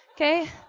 Okay